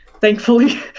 thankfully